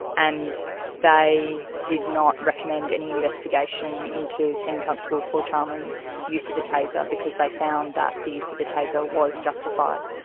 and they did not recommend any investigation into senior constable paul charman's use of the taser because they found that the use of a taser was justified.